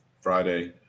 Friday